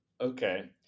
Okay